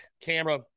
camera